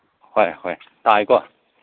ꯍꯣꯏ ꯍꯣꯏ ꯇꯥꯏꯀꯣ